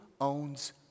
owns